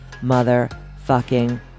Motherfucking